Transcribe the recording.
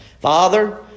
Father